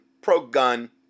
pro-gun